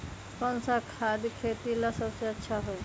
कौन सा खाद खेती ला सबसे अच्छा होई?